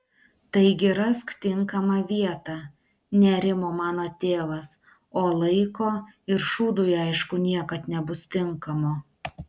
taigi rask tinkamą vietą nerimo mano tėvas o laiko ir šūdui aišku niekad nebus tinkamo